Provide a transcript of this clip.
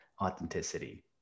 authenticity